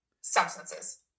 substances